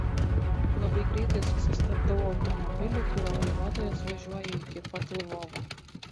labai greitai susistabdau automobilį kurio vairuotojas važiuoja iki pat lvovo